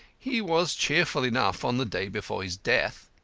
he was cheerful enough on the day before his death.